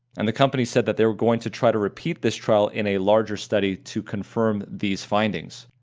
and the company said that they were going to try to repeat this trial in a larger study to confirm these findings,